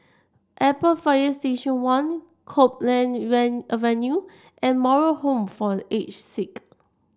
Airport Fire Station One Copeland Avenue and Moral Home for The Aged Sick